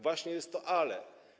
Właśnie, jest to „ale”